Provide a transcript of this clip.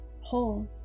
Whole